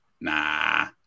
nah